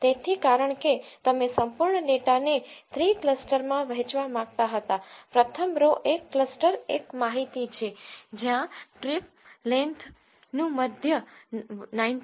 તેથી કારણ કે તમે સંપૂર્ણ ડેટાને 3 ક્લસ્ટરોમાં વહેંચવા માંગતા હતા પ્રથમ રો એ ક્લસ્ટર એક માહિતી છે જ્યાં ટ્રિપ લેન્થ નું મધ્ય 19